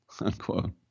Unquote